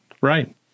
Right